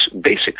basics